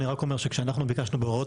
אני רק אומר שכשאנחנו ביקשנו בהוראות